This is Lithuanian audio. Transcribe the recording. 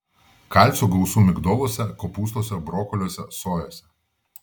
kalcio gausu migdoluose kopūstuose brokoliuose sojose